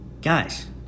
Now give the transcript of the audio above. guys